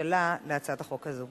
הממשלה כלפי הצעת החוק הזאת.